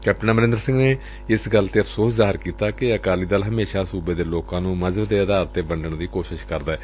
captain Amarinder Singh ਨੇ ਇਸ ਗੱਲ ਤੇ ਅਫਸੋਸ ਜ਼ਾਹਿਰ ਕੀਤੈ ਕਿ ਅਕਾਲੀ ਦਲ ਹਮੇਸ਼ਾ ਸੂਬੇ ਦੇ ਲੋਕਾਂ ਨੂੰ ਮਜ਼ੁਬ ਦੇ ਆਧਾਰ ਤੇ ਵੰਡਣ ਦੀ ਕੋਸ਼ਿਸ਼ ਕਰਦੈ